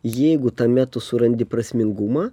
jeigu tame tu surandi prasmingumą